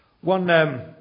One